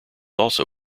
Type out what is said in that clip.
also